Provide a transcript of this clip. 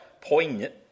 poignant